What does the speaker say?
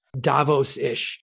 Davos-ish